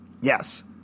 Yes